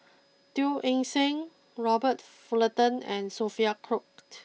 Teo Eng Seng Robert Fullerton and Sophia